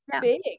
big